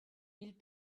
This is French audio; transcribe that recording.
ils